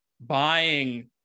buying